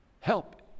help